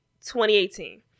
2018